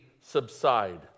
subside